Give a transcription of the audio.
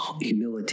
humility